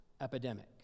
epidemic